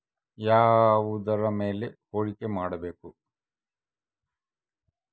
ಯಾವುದರ ಮೇಲೆ ಹೂಡಿಕೆ ಮಾಡಬೇಕು?